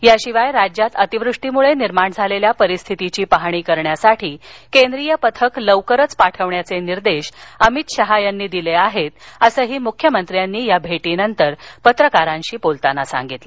याशिवाय राज्यात अतिवृष्टीमुळे निर्माण झालेल्या परिस्थितीची पाहणी करण्यासाठी केंद्रीय पथक लवकरच पाठवण्याचे निर्देश अमित शहा यांनी दिले आहेत असंही मुख्यमंत्र्यांनी या भेटीनंतर पत्रकारांशी बोलताना सांगितलं